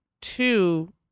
Two